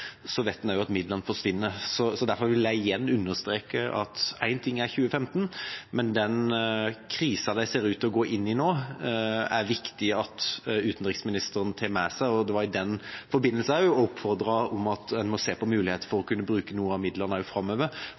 forsvinner også midlene. Derfor vil jeg igjen understreke at en ting er 2015, men den krisen de ser ut til å gå inn i nå, er det viktig at utenriksministeren tar med seg. Det var i den forbindelse jeg også oppfordret til at man må se på mulighetene for å kunne bruke noe av midlene framover,